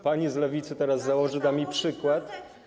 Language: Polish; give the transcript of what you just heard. Pani z Lewicy teraz założy, da mi przykład.